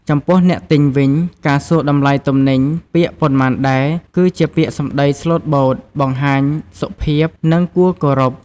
ចំពោះអ្នកទិញវិញ ការសួរតម្លៃទំនិញពាក្យ “ប៉ុន្មានដែរ” គឺជាពាក្យសម្ដីស្លូតបូត បង្ហាញសុភាព និងគួរគោរព។